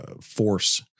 force